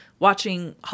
watching